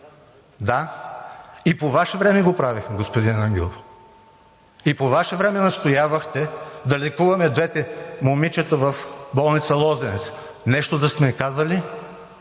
Да, и по Ваше време го правехме, господин Ангелов. И по Ваше време настоявахте да лекуваме двете момичета в болница „Лозенец“. Нещо да сме Ви казали?